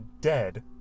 dead